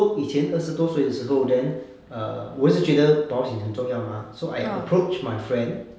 so 以前二十多岁的时候 then err 我一直觉得保险很重要吗 so I approached my friend